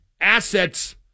assets